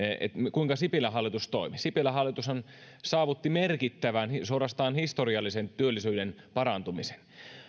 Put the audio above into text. kuinka sipilän hallitus toimi sipilän hallitushan saavutti merkittävän suorastaan historiallisen työllisyyden parantumisen